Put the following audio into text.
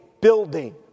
building